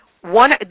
one